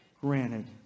Granted